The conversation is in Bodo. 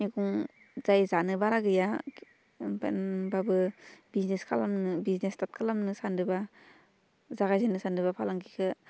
मेगं जाय जानो बारा गैया ओमफ्राय होमबाबो बिजनेस खालामनो बिजनेस स्टार्ट खालामनो सानदोंबा जागायजेन्नो सानदोंबा फालांगिखौ